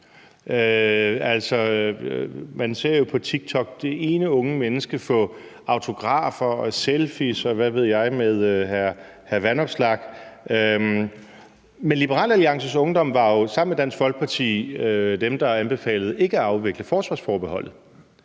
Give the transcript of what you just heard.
man ser jo på TikTok det ene unge menneske efter det andet få autografer, selfies, og hvad ved jeg, med hr. Alex Vanopslagh. Men Liberal Alliances Ungdom var jo sammen med Dansk Folkeparti dem, der anbefalede ikke at afvikle forsvarsforbeholdet.